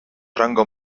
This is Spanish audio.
rango